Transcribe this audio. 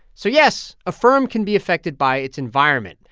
so yes, a firm can be affected by its environment,